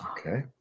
Okay